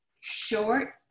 short